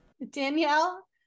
Danielle